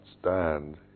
stand